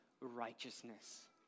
righteousness